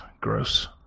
gross